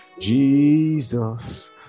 Jesus